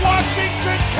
Washington